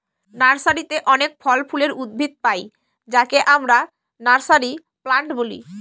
নার্সারিতে অনেক ফল ফুলের উদ্ভিদ পাই যাকে আমরা নার্সারি প্লান্ট বলি